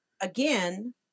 again